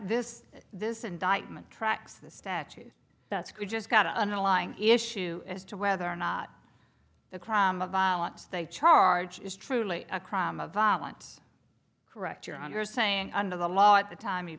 this this indictment tracks this statute that's just got an underlying issue as to whether or not the crime of violence they charge is truly a crime a violent correct you're on you're saying under the law at the time he